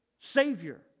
savior